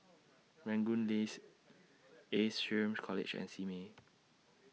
Rangoon Lane Ace Shrm College and Simei